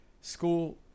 school